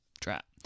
trap